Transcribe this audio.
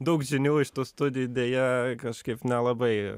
daug žinių iš tų studijų deja kažkaip nelabai